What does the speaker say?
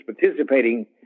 participating